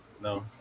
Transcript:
no